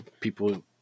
people